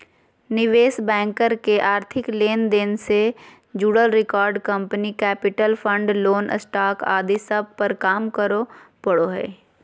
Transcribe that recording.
निवेश बैंकर के आर्थिक लेन देन से जुड़ल record, company capital, fund, loan, stock आदि सब पर काम करे पड़ो हय